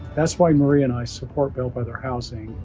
that's why maria and i support bellwether housing,